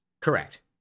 Correct